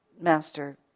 Master